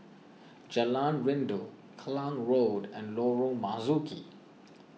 Jalan Rindu Klang Road and Lorong Marzuki